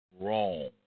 wrong